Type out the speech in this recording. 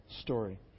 story